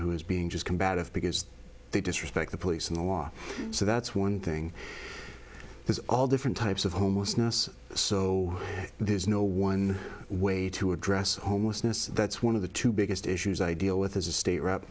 who's being just combative because they disrespect the police and the law so that's one thing there's all different types of homelessness so there's no one way to address homelessness that's one of the two biggest issues i deal with as a state rep